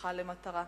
נהפכה למטרה.